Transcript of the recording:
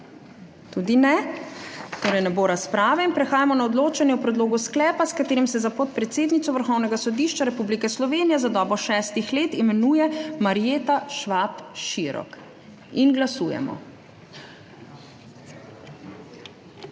Tudi ne. Torej ne bo razprave. Prehajamo na odločanje o predlogu sklepa, s katerim se za podpredsednico Vrhovnega sodišča Republike Slovenije za dobo šestih let imenuje Marjeta Švab Širok. Glasujemo.